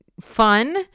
fun